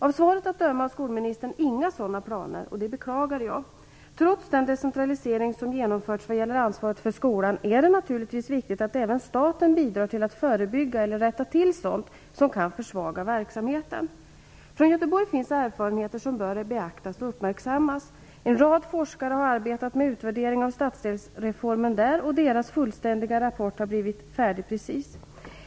Av svaret att döma har skolministern inga sådana planer, och det beklagar jag. Trots den decentralisering som genomförts när det gäller ansvaret för skolan är det naturligtvis viktigt att även staten bidrar till att förebygga eller rätta till sådant som kan försvaga verksamheten. Från Göteborg finns erfarenheter som bör beaktas och uppmärksammas. En rad forskare har arbetat med utvärdering av stadsdelsreformen där, och deras fullständiga rapport har just blivit färdig.